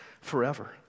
forever